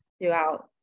throughout